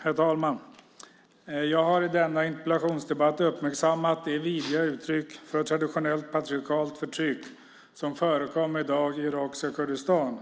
Herr talman! Jag har i denna interpellationsdebatt uppmärksammat de vidriga uttryck för traditionellt patriarkalt förtryck som i dag förekommer i irakiska Kurdistan.